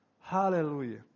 Hallelujah